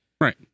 Right